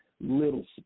little